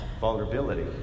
vulnerability